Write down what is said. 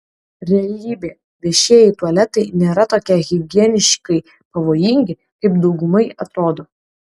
realybė viešieji tualetai nėra tokie higieniškai pavojingi kaip daugumai atrodo